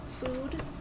food